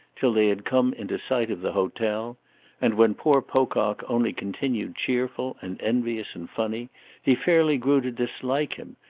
till they had come into sight of the hotel and when poor pocock only continued cheerful and envious and funny he fairly grew to dislike him,